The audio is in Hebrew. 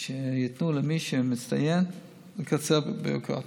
למי שמצטיין בלקצר את הביורוקרטיה.